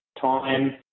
time